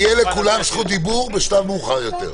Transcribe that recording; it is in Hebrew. תהיה לכולם זכות דיבור בשלב מאוחר יותר.